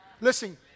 Listen